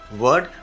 word